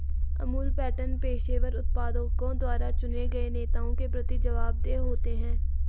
Amul pattern पेशेवर उत्पादकों द्वारा चुने गए नेताओं के प्रति जवाबदेह होते हैं